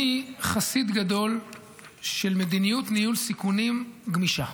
אני חסיד גדול של מדיניות ניהול סיכונים גמישה,